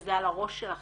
וזה על הראש שלכם.